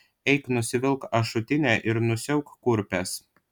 eik nusivilk ašutinę ir nusiauk kurpes